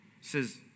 says